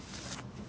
okay